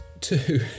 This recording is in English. two